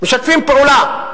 משתפים פעולה.